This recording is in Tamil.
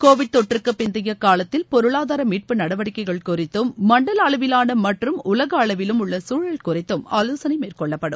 கோவிட் தொற்றுக்குப் பிந்தைய காலத்தில் பொருளாதார மீட்பு நடவடிக்கைகள் குறித்தும் மண்டல அளவிலான மற்றும் உலக அளவிலும் உள்ள சூழல் குறித்தும் ஆலோசனை மேற்கொள்ளப்படும்